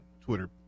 Twitter